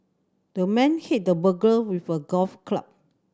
the man hit the burglar with a golf club